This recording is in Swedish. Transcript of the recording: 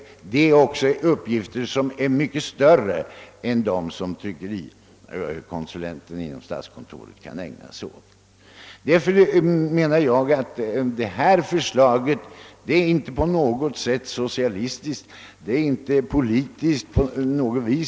Det är också fråga om uppgifter som är mycket större än de som tryckerikonsulenten inom statskontoret har att ägna sig åt. Jag menar med hänsyn till detta att det framlagda förslaget inte på något sätt har socialistisk prägel. Det är inte politiskt färgat.